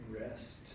Rest